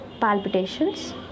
palpitations